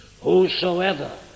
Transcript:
Whosoever